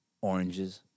oranges